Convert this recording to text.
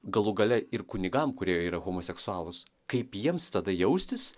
galų gale ir kunigam kurie yra homoseksualūs kaip jiems tada jaustis